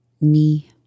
knee